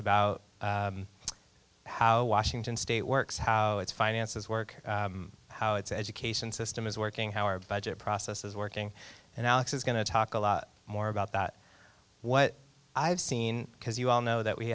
about how washington state works how its finances work how it's education system is working how our budget process is working and alex is going to talk a lot more about that what i've seen because you all know that we